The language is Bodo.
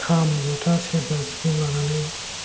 खाम जथा सेरजा सिफुं लानानै